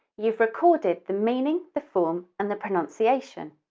you've recorded the meaning, the form and the pronunciation.